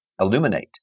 Illuminate